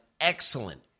excellent